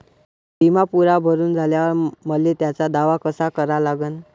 बिमा पुरा भरून झाल्यावर मले त्याचा दावा कसा करा लागन?